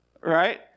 Right